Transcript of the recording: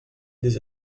des